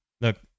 Look